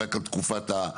רק על תקופת העבודות,